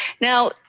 Now